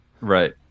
right